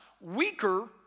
weaker